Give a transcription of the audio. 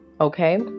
Okay